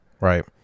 Right